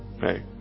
Hey